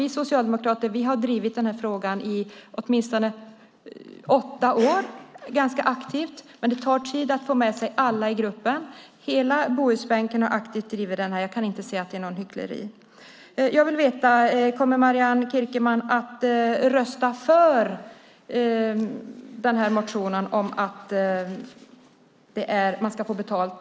Vi socialdemokrater har drivit den här frågan ganska aktivt i åtminstone åtta år, men det tar tid att få med sig alla i gruppen. Hela Bohusbänken har aktivt drivit frågan. Jag kan inte se att det är något hyckleri. Jag vill veta: Kommer Marianne Kierkemann att rösta för motionen om att vistelsekommunerna ska få betalt?